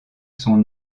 son